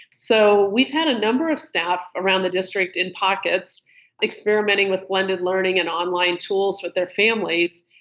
so we've had a number of staff around the district in pockets experimenting with blended learning and online tools with their families.